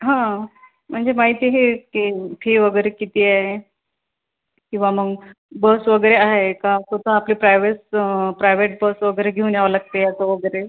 हा म्हणजे माहिती हीच की फी वगैरे किती आहे किंवा मग बस वगैरे आहे का का आपली प्रायव्हेस प्रायव्हेट बस वगैरे घेऊन यावं लागते ऑटो वगैरे